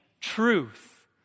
truth